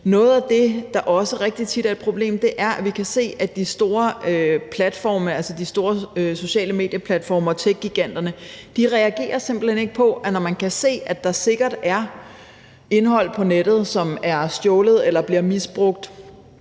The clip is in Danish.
Noget af det, der også rigtig tit er et problem, er, at vi kan se, at de store platforme, altså de store sociale mediers platforme og techgiganterne, simpelt hen ikke reagerer på det, når man kan se, at der sikkert er indhold på nettet, som er stjålet eller bliver misbrugt;